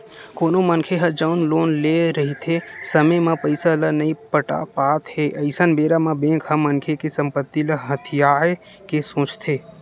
कोनो मनखे ह जउन लोन लेए रहिथे समे म पइसा ल नइ पटा पात हे अइसन बेरा म बेंक ह मनखे के संपत्ति ल हथियाये के सोचथे